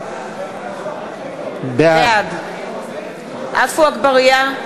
בעד עפו אגבאריה,